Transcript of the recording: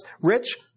rich